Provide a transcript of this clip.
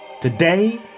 today